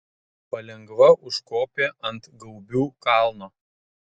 palengva užkopė ant gaubių kalno